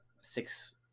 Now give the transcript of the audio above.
six